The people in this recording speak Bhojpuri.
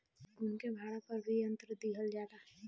उनके भाड़ा पर भी यंत्र दिहल जाला